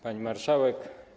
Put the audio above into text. Pani Marszałek!